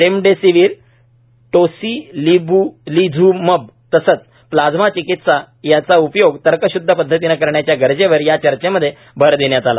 remdesivir tocilizumab तसेच plasma चिकित्सा यांचा उपयोग तर्कशुदध पदधतीने करण्याच्या गरजेवर या चर्चेमध्ये भर देण्यात आला